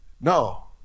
No